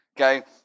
okay